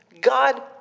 God